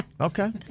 Okay